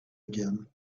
again